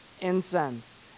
incense